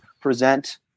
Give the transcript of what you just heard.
present